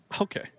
Okay